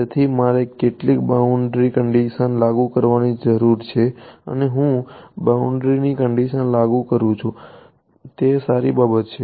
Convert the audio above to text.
તેથી મારે કેટલીક બાઉન્ડ્રી કંડીશન લાગુ કરવાની જરૂર છે અને હું બાઉન્ડ્રી ની કંડીશન લાગુ કરું છું શું તે સારી બાબત છે